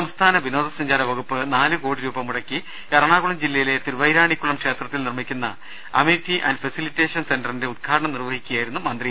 സംസ്ഥാന വിനോദ സഞ്ചാര വകുപ്പ് നാലു കോടി രൂപ മുടക്കി എറണാകുളം ജില്ലയിലെ തിരുവൈരാണിക്കുളം ക്ഷേത്രത്തിൽ നിർമ്മിക്കുന്ന അമിനിറ്റി ആന്റ് ഫെസിലിറ്റേഷൻ സെന്ററിന്റെ ഉദ്ഘാടനം നിർവഹിക്കുകയായിരുന്നു മന്ത്രി